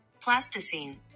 Plasticine